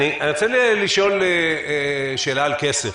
אני רוצה לשאול שאלה על כסף.